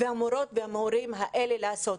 והמורות והמורים האלה לעשות?